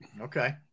Okay